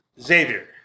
Xavier